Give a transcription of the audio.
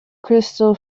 crystal